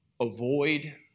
avoid